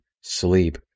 sleep